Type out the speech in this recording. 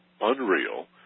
unreal